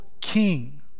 king